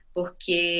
Porque